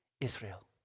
Israel